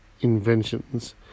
inventions